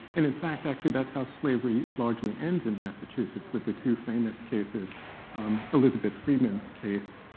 and in fact, actually, that's how slavery largely ends in massachusetts, with the two famous cases um elizabeth freeman's case,